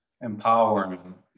empowering